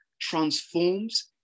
transforms